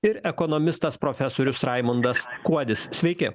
ir ekonomistas profesorius raimundas kuodis sveiki